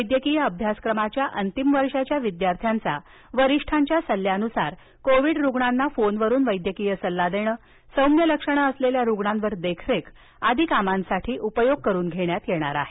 वैद्यकीय अभ्यासक्रमाच्या अंतिम वर्षाच्या विद्यार्थ्यांचावरिष्ठांच्या सल्ल्यानुसारकोविड रुग्णांना फोनवरून वैद्यकीय सल्ला देणेसौम्य लक्षणे असलेल्या रुग्णांवर देखरेख आदी कामांसाठी उपयोग करून घेण्यात येणार आहे